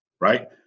right